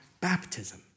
baptism